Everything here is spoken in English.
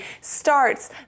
starts